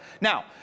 Now